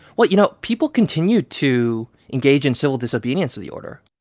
well, you know, people continued to engage in civil disobedience of the order